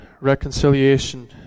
reconciliation